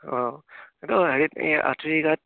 অঁ এইটো হেৰিত এই